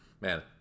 Man